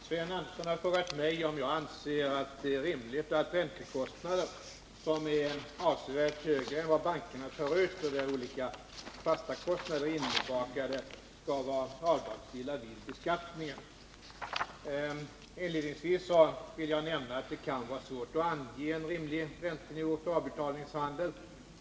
Herr talman! Sven Andersson har frågat mig om jag anser det rimligt att räntekostnader som är avsevärt högre än vad bankerna tar ut och där olika fasta kostnader är inbakade skall vara avdragsgilla vid beskattning. Inledningsvis vill jag nämna att det kan vara svårt att ange en rimlig räntenivå för avbetalningshandeln.